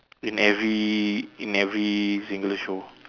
in every in every single show